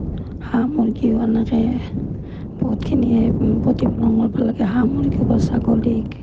হাঁহ মূৰ্গীও সেনেকৈ বহুতখিনি প্ৰতিপালন কৰিব লাগে হাঁহ মূৰ্গী আৰু ছাগলীক